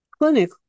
clinic